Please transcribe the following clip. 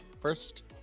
first